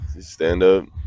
Stand-up